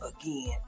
again